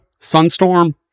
Sunstorm